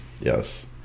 yes